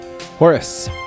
Horace